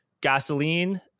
Gasoline